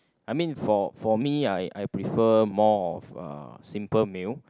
I mean for for me I I prefer more of uh simple meal